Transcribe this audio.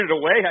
away